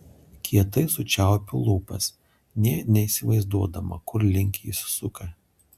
kietai sučiaupiu lūpas nė neįsivaizduodama kur link jis suka